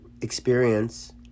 experience